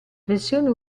versione